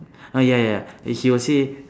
uh ya ya he will say